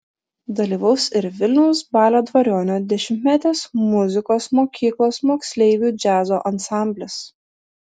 dalyvaus ir vilniaus balio dvariono dešimtmetės muzikos mokyklos moksleivių džiazo ansamblis